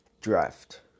Draft